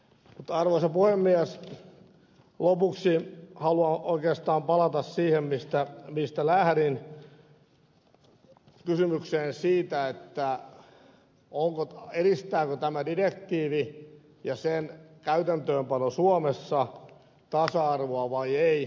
mutta arvoisa puhemies lopuksi haluan oikeastaan palata siihen mistä lähdin kysymykseen siitä edistääkö tämä direktiivi ja sen käytäntöönpano suomessa tasa arvoa vai ei